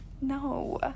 No